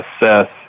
assess